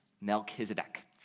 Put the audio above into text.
Melchizedek